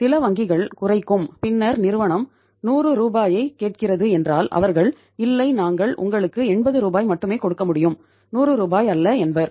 சில வங்கிகள் குறைக்கும் பின்னர் நிறுவனம் 100 ரூபாயைக் கேட்கிறது என்றால் அவர்கள் இல்லை நாங்கள் உங்களுக்கு 80 ரூபாய் மட்டுமே கொடுக்க முடியும் 100 ரூ அல்ல என்பர்